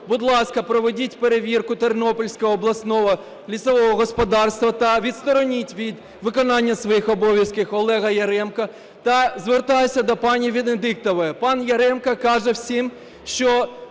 будь ласка, проведіть перевірку Тернопільського обласного лісового господарства та відстороніть від виконання своїх обов'язків Олега Яремка. Та звертаюся до пані Венедіктової. Пан Яремко каже всім, що